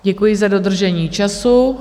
Děkuji za dodržení času.